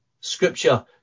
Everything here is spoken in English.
Scripture